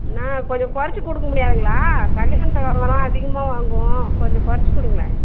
அண்ணா கொஞ்சம் கொறைச்சி கொடுக்க முடியாதுங்களா கல்யாணத்துக்கு வாங்கறோம் அதிகமாக வாங்குவோம் கொஞ்சம் கொறைச்சி கொடுங்க